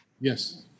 Yes